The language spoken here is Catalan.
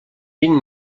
vint